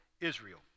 Israel